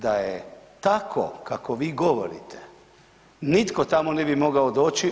Da je tako kako vi govorite nitko tamo ne bi mogao doći.